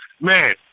Man